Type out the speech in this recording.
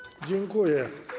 Dziękuję.